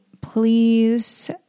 please